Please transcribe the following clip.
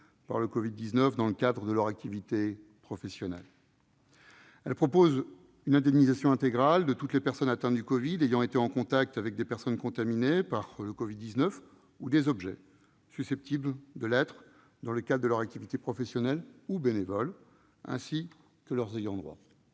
par le Covid-19 dans le cadre de leur activité professionnelle. Elle prévoit une indemnisation intégrale de toutes les personnes atteintes du Covid-19 ayant été en contact avec des personnes contaminées ou des objets susceptibles de l'être dans le cadre de leur activité professionnelle ou bénévole, ainsi que leurs ayants droit.